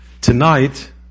Tonight